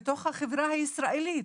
בתוך החברה הישראלית,